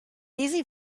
easy